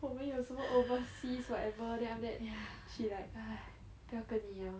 我们有什么 overseas whatever then after she like 不要跟你了